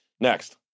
Next